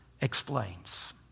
explains